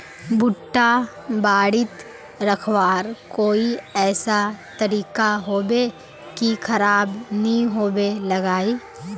भुट्टा बारित रखवार कोई ऐसा तरीका होबे की खराब नि होबे लगाई?